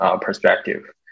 perspective